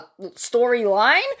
storyline